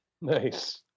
Nice